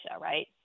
right